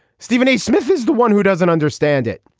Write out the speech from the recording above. stephen a smith is the one who doesn't understand it.